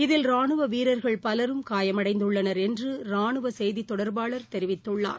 இதில் ராணுவவீரர்கள் பலரும் காயமடைந்துள்ளனர் என்றராணுவசெய்தித் தொடர்பாளர் தெரிவித்துள்ளார்